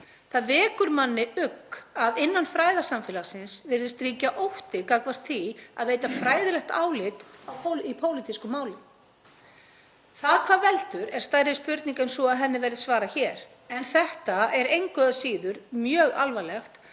Það vekur manni ugg að innan fræðasamfélagsins virðist ríkja ótti gagnvart því að veita fræðilegt álit í pólitísku máli. Það hvað veldur er stærri spurning en svo að henni verði svarað hér en þetta er engu að síður mjög alvarlegt